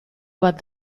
bat